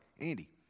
Andy